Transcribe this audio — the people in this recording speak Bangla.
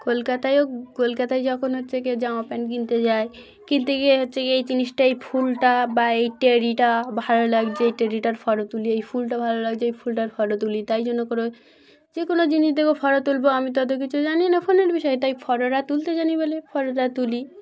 কলকাতায়ও কলকাতায় যখন হচ্ছে গিয়ে জামা প্যান্ট কিনতে যায় কিনতে গিয়ে হচ্ছে গিয়ে এই জিনিসটা এই ফুলটা বা এই টেডিটা ভালো লাগছে এই টেডিটার ফোটো তুলি এই ফুলটা ভালো লাগছে এই ফুলটার ফোটো তুলি তাই জন্য করেো যে কোনো জিনিস দেখবো ফোটো তুলবো আমি তত কিছু জানি না ফোনের বিষয়ে তাই ফটোটা তুলতে জানি বলে ফটোটা তুলি